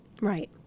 right